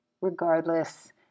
Regardless